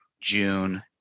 June